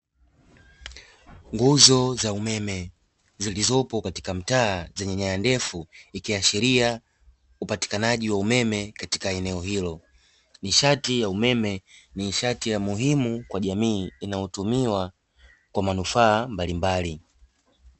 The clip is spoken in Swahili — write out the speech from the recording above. Nguzo za umeme zilizopo katika mtaa zenye nyaya ndefu, ikiashiria upatikanaji wa umeme katika eneo hilo. Nishati ya umeme ni nishati ya muhimu kwa jamii, inayotumiwa kwa manufaa mbalimbali.